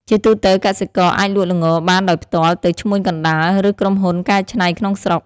ជាទូទៅ កសិករអាចលក់ល្ងបានដោយផ្ទាល់ទៅឈ្មួញកណ្ដាល ឬក្រុមហ៊ុនកែច្នៃក្នុងស្រុក។